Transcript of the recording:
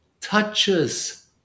touches